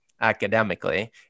academically